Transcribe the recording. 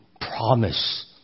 promise